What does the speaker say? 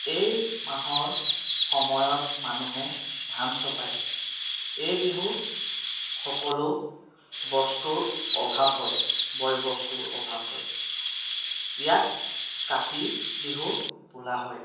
এই মাহৰ সময়ত মানুহে ধান চপায় এই বিহু সকলো বস্তুৰ অভাৱ হয় বয় বস্তুৰ অভাৱ হয় ইয়াক কাতি বিহু বোলা হয়